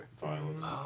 Violence